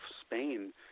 Spain